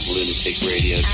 LunaticRadio